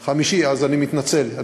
5, אני מתנצל.